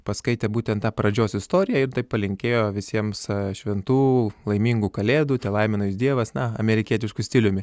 paskaitė būtent tą pradžios istoriją ir taip palinkėjo visiems šventų laimingų kalėdų telaimina jus dievas na amerikietišku stiliumi tai